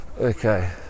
Okay